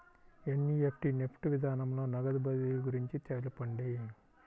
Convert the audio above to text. NEFT NEFT విధానంలో నగదు బదిలీ గురించి తెలుపండి?